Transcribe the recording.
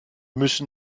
müssen